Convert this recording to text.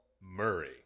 Murray